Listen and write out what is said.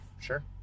sure